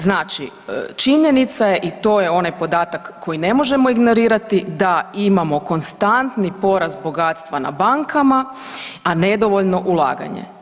Znači činjenica je i to je onaj podatak koji ne možemo ignorirati da imamo konstantni porast bogatstva na bankama, a nedovoljno ulaganje.